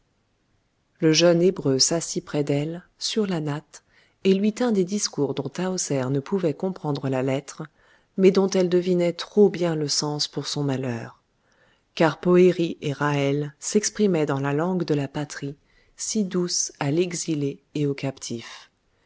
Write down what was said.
le jeune hébreu s'assit près d'elle sur la natte et lui tint des discours dont tahoser ne pouvait comprendre la lettre mais dont elle devinait trop bien le sens pour son malheur car poëri et ra'hel s'exprimaient dans la langue de la patrie si douce à l'exilé et au captif